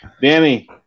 Danny